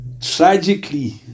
Tragically